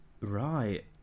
Right